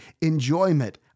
Enjoyment